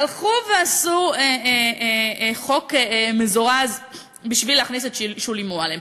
הלכו ועשו חוק מזורז בשביל להכניס את שולי מועלם.